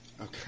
Okay